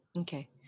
Okay